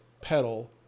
pedal